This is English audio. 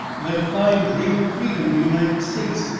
that fine dream of freedom, the united states,